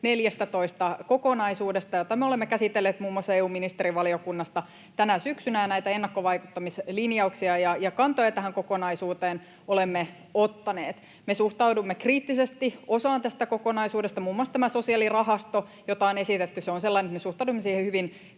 kokonaisuudesta, jota me olemme käsitelleet muun muassa EU-ministerivaliokunnassa tänä syksynä, ja näitä ennakkovaikuttamislinjauksia ja kantoja tähän kokonaisuuteen olemme ottaneet. Me suhtaudumme kriittisesti osaan tästä kokonaisuudesta. Muun muassa tämä sosiaalirahasto, jota on esitetty, on sellainen, että me suhtaudumme siihen hyvin